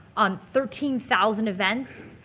on thirteen thousand events,